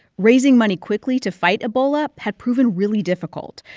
raising money quickly to fight ebola had proven really difficult,